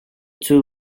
two